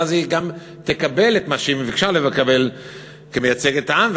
ואז היא גם תקבל את מה שהיא ביקשה לקבל כמייצגת העם,